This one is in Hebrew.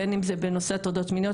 בין אם זה בנושא הטרדות מיניות.